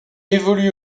évolue